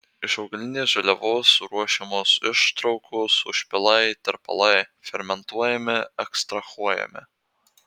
iš augalinės žaliavos ruošiamos ištraukos užpilai tirpalai fermentuojami ekstrahuojami